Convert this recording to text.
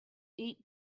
eat